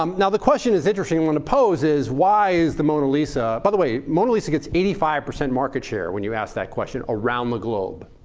um now the question is an interesting one to pose is, why is the mona lisa by the way, mona lisa gets eighty five percent market share when you ask that question around the globe.